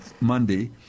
Monday